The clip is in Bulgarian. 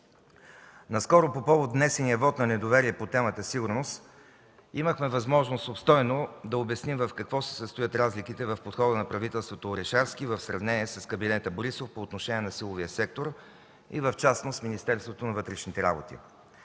Наскоро, по повод внесения вот на недоверие по темата „Сигурност”, имахме възможност обстойно да обясним в какво се състоят разликите в подхода на правителството Орешарски в сравнение с кабинета Борисов по отношение на силовия сектор и в частност Министерството на вътрешните работи.